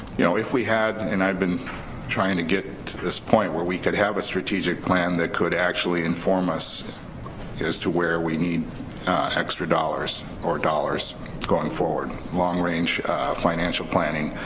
you know if we had, and i've been trying to get to this point where we could have a strategic plan that could actually inform us as to where we need extra dollars, or dollars going forward long range financial planning,